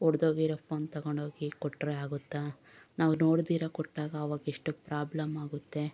ಒಡೆದೋಗಿರೋ phone ತಗೊಂಡೋಗಿ ಕೊಟ್ಟರೆ ಆಗುತ್ತಾ ನಾವು ನೋಡದಿರ ಕೊಟ್ಟಾಗ ಆವಾಗೆಷ್ಟು ಪ್ರಾಬ್ಲಮ್ಮಾಗುತ್ತೆ